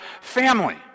family